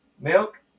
milk